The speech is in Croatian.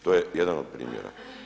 To je jedan od primjera.